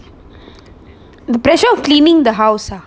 pressure of cleaning the house ah